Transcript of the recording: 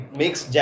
makes